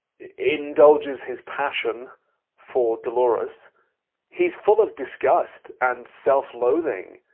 ah. indulges his passion for dolores he's full of disgust, and self-loathing,